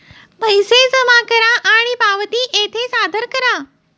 पैसे जमा करा आणि पावती येथे सादर करा